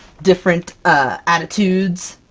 different attitudes,